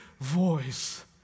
voice